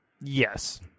yes